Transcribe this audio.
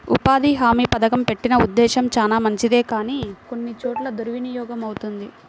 ఉపాధి హామీ పథకం పెట్టిన ఉద్దేశం చానా మంచిదే కానీ కొన్ని చోట్ల దుర్వినియోగమవుతుంది